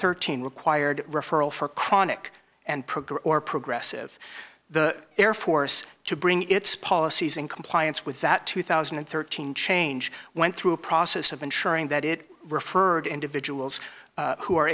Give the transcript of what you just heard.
thirteen required referral for chronic and program or progressive the air force to bring its policies in compliance with that two thousand and thirteen change went through a process of ensuring that it referred individuals who are